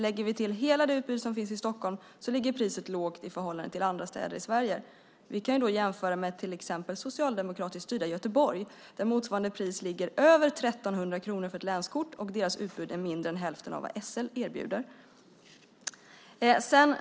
Lägger vi till hela det utbud som finns i Stockholm ligger priset lågt i förhållande till andra städer i Sverige. Vi kan jämföra med till exempel socialdemokratiskt styrda Göteborg där priset på ett länskort ligger över 1 300 kronor, och utbudet är mindre än hälften av vad SL erbjuder.